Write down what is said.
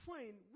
Fine